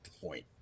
point